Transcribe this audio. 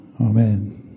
Amen